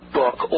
book